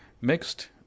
mixed